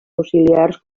auxiliars